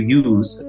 use